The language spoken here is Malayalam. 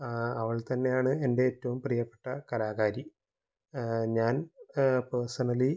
അവൾ തന്നെ ആണ് എൻ്റെ ഏറ്റവും പ്രിയപ്പെട്ട കലാകാരി ഞാൻ പേർസണലി